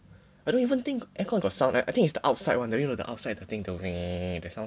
I don't even think air con got sound I I think it's the outside one the outside one the the thing the the sound